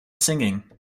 singing